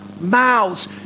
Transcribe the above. mouths